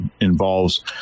involves